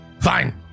Fine